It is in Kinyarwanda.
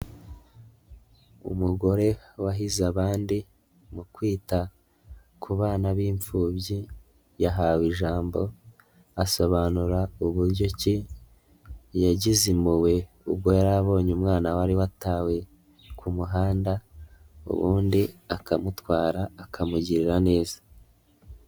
Umugore wahize abandi mu kwita ku bana b'imfubyi, yahawe ijambo, asobanura uburyo ki yagize impuhwe ubwo yari abonye umwana wari watawe ku muhanda, ubundi akamutwara, akamugirira neza.